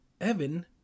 Evan